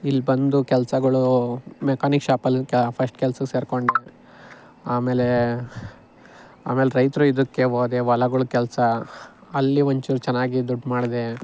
ಇಲ್ಲಿ ಬಂದು ಕೆಲಸಗಳು ಮೆಕ್ಯಾನಿಕ್ ಶಾಪಲ್ಲಿ ಕ ಫಸ್ಟ್ ಕೆಲ್ಸಕ್ಕೆ ಸೇರಿಕೊಂಡೆ ಆಮೇಲೆ ಆಮೇಲೆ ರೈತರು ಇದಕ್ಕೆ ಹೋದೆ ಹೊಲಗಳ್ ಕೆಲಸ ಅಲ್ಲಿ ಒಂಚೂರು ಚೆನ್ನಾಗಿ ದುಡ್ಡು ಮಾಡಿದೆ